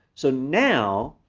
so now,